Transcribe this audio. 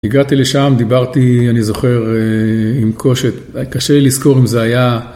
הגעתי לשם, דיברתי, אני זוכר, עם קושת, קשה לזכור אם זה היה...